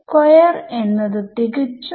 എന്തിനോടാണ് ഹരിക്കുന്നത്